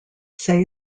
say